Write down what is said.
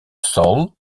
saul